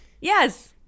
Yes